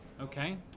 Okay